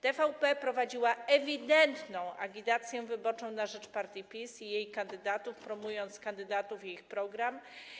TVP prowadziła ewidentną agitację wyborczą na rzecz partii PiS i jej kandydatów, promując tych kandydatów i ich program.